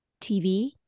TV